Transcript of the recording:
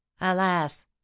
alas